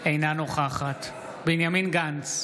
אינה נוכחת בנימין גנץ,